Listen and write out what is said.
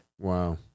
Wow